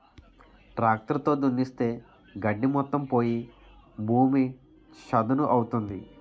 tractor తో దున్నిస్తే గడ్డి మొత్తం పోయి భూమి చదును అవుతుంది